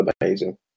amazing